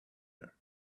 her